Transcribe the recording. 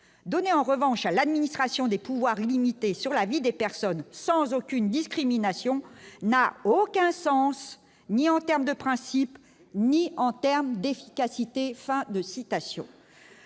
donnés en revanche à l'administration des pouvoirs limités sur la vie des personnes sans aucune discrimination n'a aucun sens ni en termes de principes, ni en terme d'efficacité,